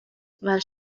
while